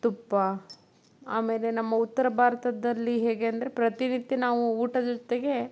ತುಪ್ಪ ಆಮೇಲೆ ನಮ್ಮ ಉತ್ತರ ಭಾರತದಲ್ಲಿ ಹೇಗೆ ಅಂದರೆ ಪ್ರತಿನಿತ್ಯ ನಾವು ಊಟದ ಜೊತೆಗೆ